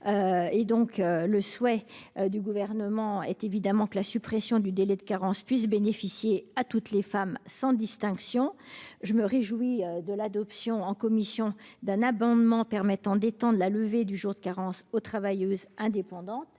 Le souhait du Gouvernement est évidemment que la suppression du délai de carence puisse bénéficier à toutes les femmes, sans distinction. Je me réjouis de l'adoption en commission d'un amendement tendant à étendre le bénéfice de cette mesure aux travailleuses indépendantes,